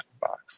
box